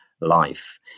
life